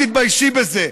תתביישי בזה.